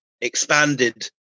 expanded